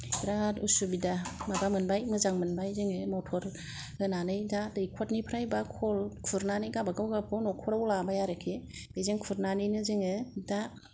बिराद असुबिदा माबा मोनबाय मोजां मोनबाय जोङो मथर होनानै दा दैखरनिफ्राय बा खल खुरनानै गावबा गाव गावबागाव नखराव लाबाय आरोकि बेजों खुरनानैनो जोङो दा